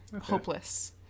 hopeless